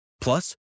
Plus